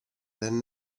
than